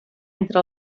entre